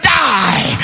die